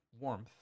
warmth